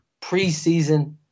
preseason